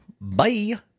Bye